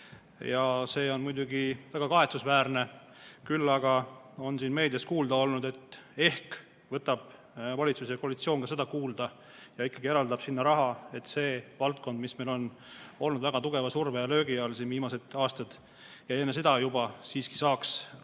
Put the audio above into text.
See on muidugi väga kahetsusväärne. Küll aga on meedias kuulda olnud, et ehk võtab valitsus ja koalitsioon seda kuulda ja ikkagi eraldab sinna raha, et see valdkond, mis meil on olnud väga tugeva surve ja löögi all siin viimased aastad ja enne seda juba, siiski saaks oma